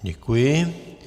Děkuji.